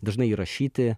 dažnai įrašyti